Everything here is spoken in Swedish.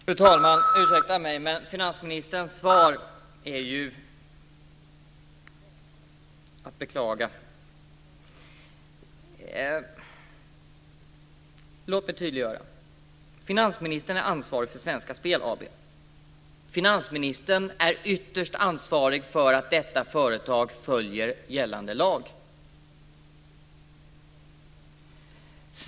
Fru talman! Ursäkta mig, men finansministerns svar är ju att beklaga. Låt mig tydliggöra. Finansministern är ansvarig för Svenska Spel AB. Finansministern är ytterst ansvarig för att detta företag följer gällande lag.